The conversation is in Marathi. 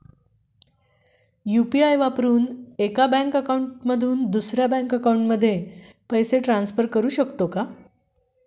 यु.पी.आय वापरून एका बँक अकाउंट मधून दुसऱ्या बँक अकाउंटमध्ये पैसे ट्रान्सफर करू शकतो का?